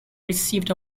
received